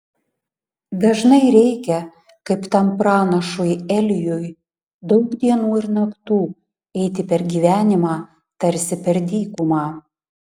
dažnai reikia kaip tam pranašui elijui daug dienų ir naktų eiti per gyvenimą tarsi per dykumą